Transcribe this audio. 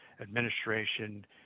administration